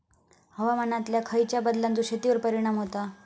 हवामानातल्या खयच्या बदलांचो शेतीवर परिणाम होता?